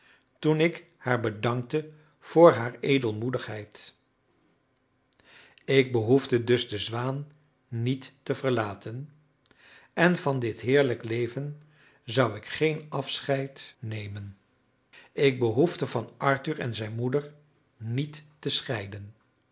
toen ik haar bedankte voor haar edelmoedigheid ik behoefde dus de zwaan niet te verlaten en van dit heerlijk leven zou ik geen afscheid nemen ik behoefde van arthur en zijn moeder niet te scheiden